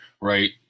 right